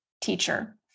teacher